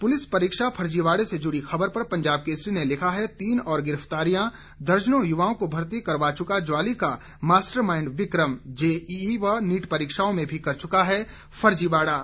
police परीक्षा फर्जीवाड़े से जुड़ी खबर पर पंजाब केसरी ने लिखा है तीन और गिरफ्तारियां दर्जनों युवाओं को भर्ती करवा चुका ज्वाली का मास्टरमाइंड ब्रिकम जेईई व नीट परीक्षाओं में भी कर चुका है फर्जीवाड़ा